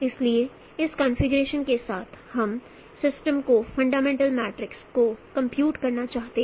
इसलिए इस कॉन्फ़िगरेशन के साथ हम सिस्टम के फंडामेंटल मैट्रिक्स को कंपूट करना चाहते हैं